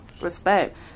respect